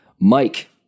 Mike